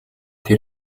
тэр